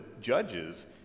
judges